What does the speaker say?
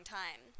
time